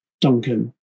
Duncan